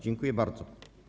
Dziękuję bardzo.